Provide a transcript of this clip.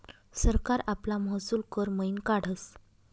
सरकार आपला महसूल कर मयीन काढस